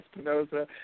Espinoza